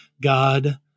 God